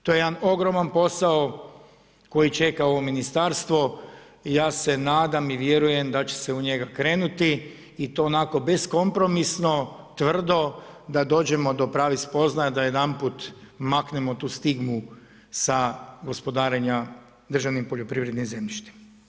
To je jedan ogroman posao koji čeka ovo ministarstvo i ja se nadam i vjerujem da će se u njega krenuti i to onako beskompromisno, tvrdo da dođemo do pravih spoznaja da jedanput maknemo tu stigmu sa gospodarenja državnim poljoprivrednim zemljištem.